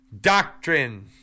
Doctrine